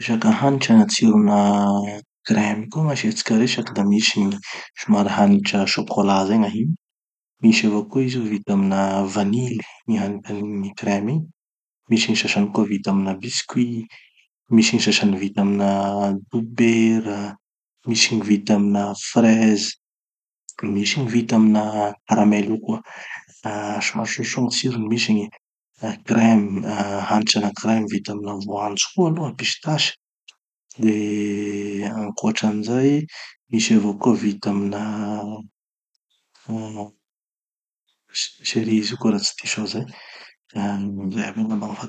Resaka hanitra na tsirona crèmes koa gn'asia tsika resaky da misy gny somary hanitra chocolat zay gn'ahiny, misy avao koa izy io vita amina vanily, gny hanitran'ny crèmes iny, misy sasany koa vita amina biscuits, misy gny sasany vita amina dobera, misy gny vita amina fraise, misy gny vita amina caramel io koa. Ah somary soasoa gny tsirony. Misy gny, crème na hanitra anankiray vita amina voanjo koa aloha, pisitasy. De ankoatran'izay, misy avao koa vita amina ah ch- cerise koa raha tsy diso aho zay. Ah zay aby angamba.